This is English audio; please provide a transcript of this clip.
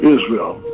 Israel